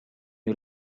you